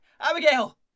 Abigail